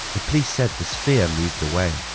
the police said the sphere moved away,